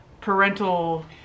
parental